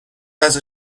غذا